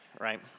right